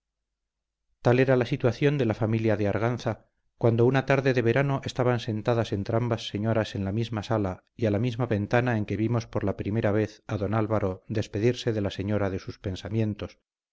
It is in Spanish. tal era la situación de la familia de arganza cuando una tarde de verano estaban sentadas entrambas señoras en la misma sala y a la misma ventana en que vimos por la primera vez a don álvaro despedirse de la señora de sus pensamientos